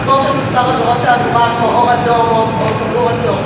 כמו נסיעה באור אדום או אי-ציות לתמרור "עצור".